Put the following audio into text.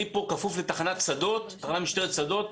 אני פה כפוף לתחנת משטרת שדות,